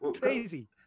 Crazy